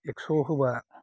एखस होबा